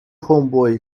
homeboy